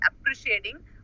appreciating